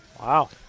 Wow